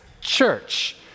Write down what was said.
church